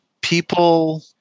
people